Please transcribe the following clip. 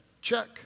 Check